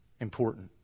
important